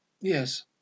Yes